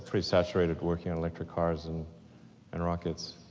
pretty saturated working on electric cars and and rockets.